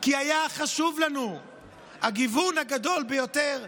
כי היה חשוב לנו הגיוון הגדול ביותר,